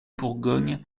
bourgogne